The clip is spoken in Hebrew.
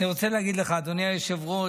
אני רוצה להגיד לך, אדוני היושב-ראש,